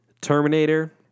Terminator